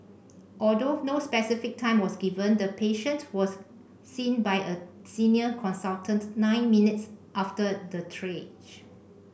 although no specific time was given the patient was seen by a senior consultant nine minutes after the triage